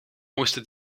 moesten